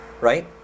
right